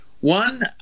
one